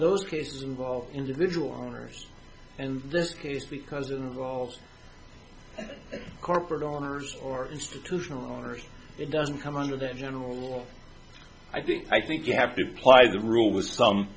those cases involve individual owners and this case because of the roles of corporate owners or institutional owners it doesn't come under that general rule i think i think you have to apply the rule was s